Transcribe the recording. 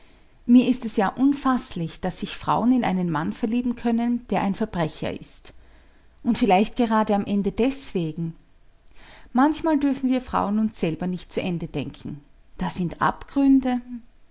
mir ist es ja unfaßlich daß sich frauen in einen mann verlieben können der ein verbrecher ist und vielleicht gerade am ende deswegen manchmal dürfen wir frauen uns selber nicht zu ende denken da sind abgründe